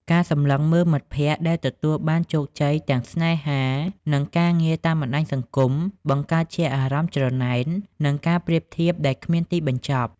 ការសម្លឹងមើលមិត្តភក្តិដែលទទួលបានជោគជ័យទាំងស្នេហា និងការងារតាមបណ្តាញសង្គម បង្កើតជាអារម្មណ៍ច្រណែន និងការប្រៀបធៀបដែលគ្មានទីបញ្ចប់។